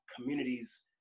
communities